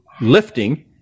lifting